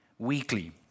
weekly